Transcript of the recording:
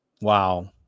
Wow